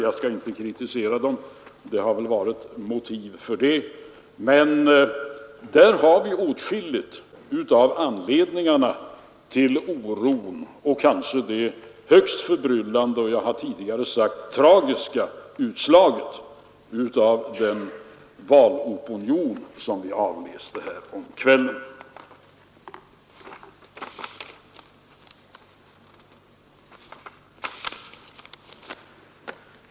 Jag skall inte kritisera dem — det har väl funnits motiv för det handlandet — men det är åtskilligt av anledningarna till oron och kanske till det högst förbryllande och, som jag tidigare sagt, tragiska utslaget av den valopinion som vi avläste häromkvällen.